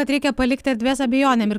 kad reikia palikti erdvės abejonėm ir